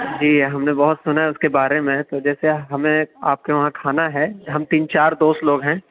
جی ہم نے بہت سُنا ہے اُس کے بارے میں تو جیسے ہمیں آپ کے وہاں کھانا ہے ہم تین چار دوست لوگ ہیں